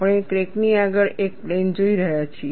આપણે ક્રેક ની આગળ એક પ્લેન જોઈ રહ્યા છીએ